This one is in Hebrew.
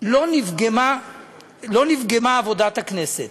לא נפגמה עבודת הכנסת.